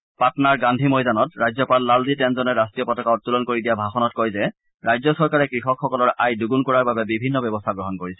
বিহাৰৰ পাটনাৰ গান্ধী ময়দানত ৰাজ্যপাল লালজী টেশুনে ৰাষ্টীয় পতাকা উত্তোলন কৰি দিয়া ভাষণত কয় যে ৰাজ্য চৰকাৰে কৃষকসকলৰ আয় দুগুণ কৰাৰ বাবে বিভিন্ন ব্যৱস্থা গ্ৰহণ কৰিছে